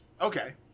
Okay